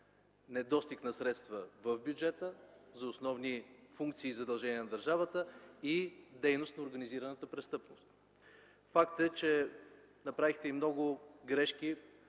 недостиг на средства в бюджета за основни функции и задължения на държавата и дейност на организираната престъпност. Факт е, че направихте и много грешки